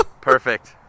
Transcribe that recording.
Perfect